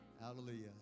Hallelujah